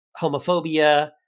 homophobia